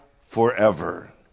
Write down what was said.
forever